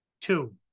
Two